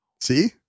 See